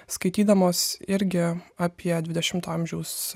skaitydamos irgi apie dvidešimto amžiaus